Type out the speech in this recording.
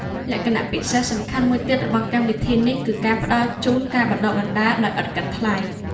លក្ខណៈពិសេសសំខាន់មួយទៀតរបស់កម្មវិធីនេះ គឺការផ្តល់ជូនការបណ្តុះបណ្តាល ដោយឥតគិតថ្លៃ។